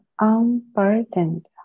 unburdened